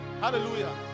Hallelujah